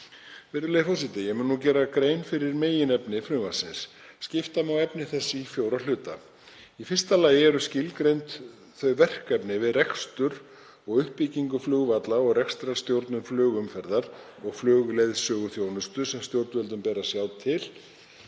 Virðulegi forseti. Ég mun nú gera grein fyrir meginefni frumvarpsins. Skipta má efni þess í fjóra hluta: Í fyrsta lagi eru skilgreind þau verkefni við rekstur og uppbyggingu flugvalla og rekstrarstjórnun flugumferðar og flugleiðsöguþjónustu sem stjórnvöldum ber að sjá til